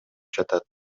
жатат